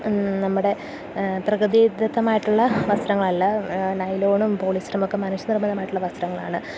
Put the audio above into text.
നമ്മുടെ പ്രകൃതിദത്തമായിട്ടുള്ള വസ്ത്രങ്ങളല്ല നൈലോണും പോളിസ്റ്ററുമൊക്കെ മനുഷ്യ നിർമ്മതമായിട്ടുള്ള വസ്ത്രങ്ങളാണ്